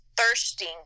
thirsting